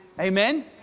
amen